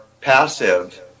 passive